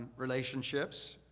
relationships,